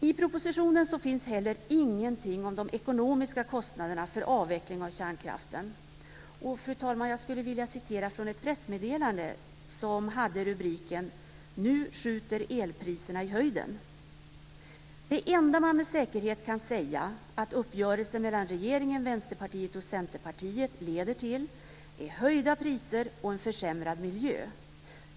I propositionen finns heller ingenting om de ekonomiska kostnaderna för avvecklingen av kärnkraften. Fru talman! Jag skulle vilja hänvisa till ett pressmeddelande med rubriken "Nu skjuter elpriserna i höjden". Där står följande: Det enda man med säkerhet kan säga att uppgörelsen mellan regeringen, Vänsterpartiet och Centerpartiet leder till är höjda priser och en försämrad miljö.